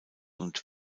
und